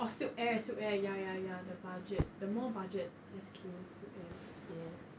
oh silk air silk air ya ya ya the budget the more budget S_Q is silk air